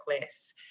less